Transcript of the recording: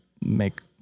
make